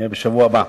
בשבוע הבא.